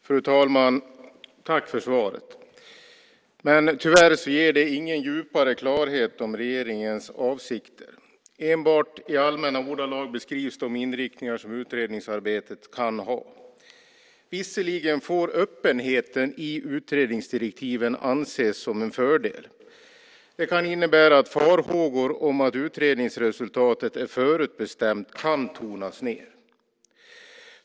Fru talman! Tack för svaret, men tyvärr ger det ingen djupare klarhet i fråga om regeringens avsikter. Enbart i allmänna ordalag beskrivs de inriktningar som utredningsarbetet kan ha. Visserligen får öppenheten i utredningsdirektiven anses som en fördel. Det kan innebära att farhågor om att utredningsresultatet är förutbestämt kan tonas ned.